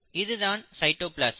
இதுதான் சைட்டோபிளாசம்